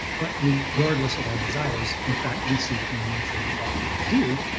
but regardless of our desires, in fact, we see the human nature they often do,